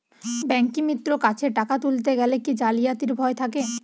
ব্যাঙ্কিমিত্র কাছে টাকা তুলতে গেলে কি জালিয়াতির ভয় থাকে?